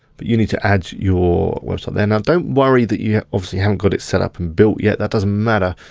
but you need to add your website there. now don't worry that you obviously haven't got it signed up and built yet, that doesn't matter.